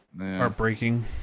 Heartbreaking